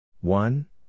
one